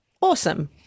awesome